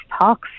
talks